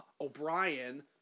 O'Brien